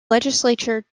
legislature